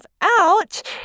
out